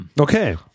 Okay